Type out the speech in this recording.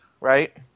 right